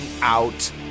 out